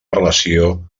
relació